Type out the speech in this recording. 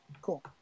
cool